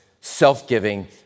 self-giving